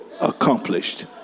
accomplished